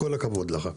כל הכבוד לך.